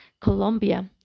Colombia